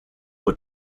were